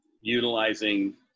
utilizing